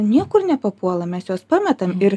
niekur nepapuola mes juos pametam ir